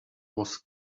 was